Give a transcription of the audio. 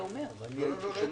הנדון: